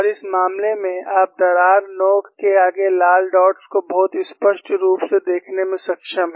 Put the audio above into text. और इस मामले में आप दरार नोक के आगे लाल डॉट्स को बहुत स्पष्ट रूप से देखने में सक्षम हैं